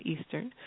Eastern